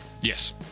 Yes